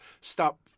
Stop